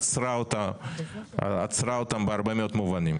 עצרה אותם בהרבה מאוד מובנים.